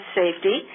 safety